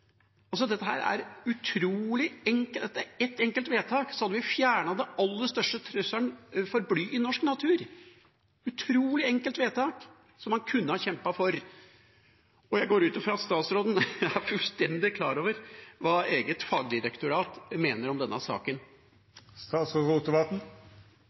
ett enkelt vedtak hadde vi fjernet den aller største trusselen for bly i norsk natur – et utrolig enkelt vedtak, som man kunne ha kjempet for. Og jeg går ut fra at statsråden er fullstendig klar over hva eget fagdirektorat mener om denne